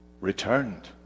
returned